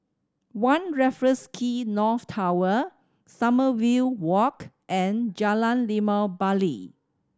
One Raffles Quay North Tower Sommerville Walk and Jalan Limau Bali